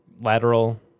lateral